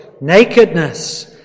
nakedness